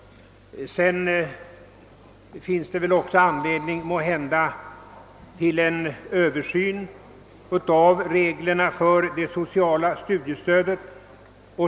Måhända finns även anledning till en översyn av reglerna för det sociala studiestödet.